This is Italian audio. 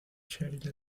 cheryl